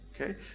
okay